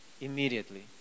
Immediately